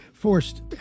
forced